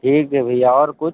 ठीक है भैया और कुछ